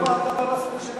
זו לא ועדה רשמית של הכנסת.